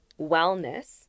wellness